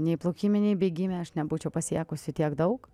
nei plaukime nei bėgime aš nebūčiau pasiekusi tiek daug